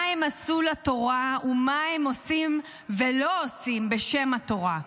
מה הם עשו לתורה ומה הם עושים ולא עושים בשם התורה.